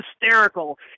hysterical